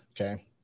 okay